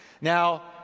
Now